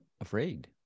afraid